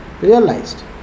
realized